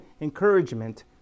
encouragement